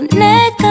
neck